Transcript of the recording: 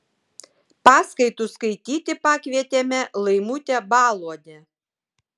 paskaitų skaityti pakvietėme laimutę baluodę